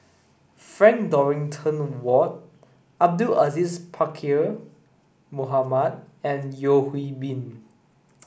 Frank Dorrington Ward Abdul Aziz Pakkeer Mohamed and Yeo Hwee Bin